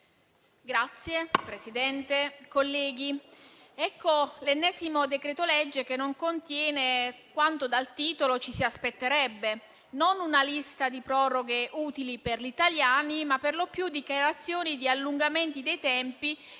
Signor Presidente, ecco l'ennesimo decreto-legge che non contiene quanto dal titolo ci si aspetterebbe: non una lista di proroghe utili per gli italiani, ma per lo più dichiarazioni di allungamenti dei tempi